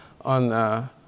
on